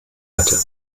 hatte